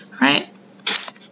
Right